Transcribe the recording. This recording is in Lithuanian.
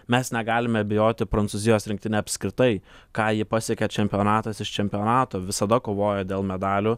mes negalime abejoti prancūzijos rinktine apskritai ką ji pasiekė čempionatas iš čempionato visada kovojo dėl medalių